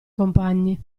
compagni